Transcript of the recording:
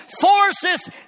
forces